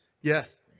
Yes